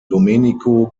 domenico